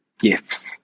gifts